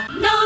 no